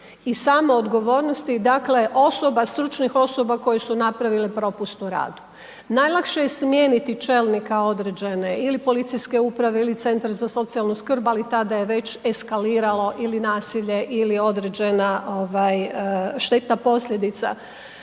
I same odgovornosti dakle, osoba, stručnih osoba koje su napravile propust u radu. Najlakše je smijeniti čelnika određene ili policijske uprave ili centra za socijalnu skrb, ali tada je već eskaliralo ili nasilje ili određena ovaj štetna posljedica.